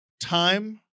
time